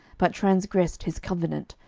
but transgressed his covenant,